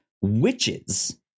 Witches